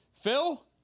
Phil